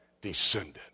descendant